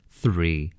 three